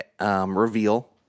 reveal